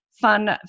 fun